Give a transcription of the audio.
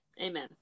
Amen